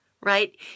Right